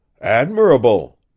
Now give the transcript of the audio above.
Admirable